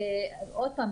עוד פעם,